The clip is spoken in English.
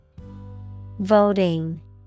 Voting